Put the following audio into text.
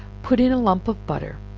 put in a lump of butter,